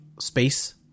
space